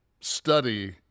study